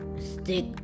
Stick